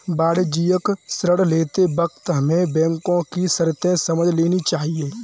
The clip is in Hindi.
वाणिज्यिक ऋण लेते वक्त हमें बैंको की शर्तें समझ लेनी चाहिए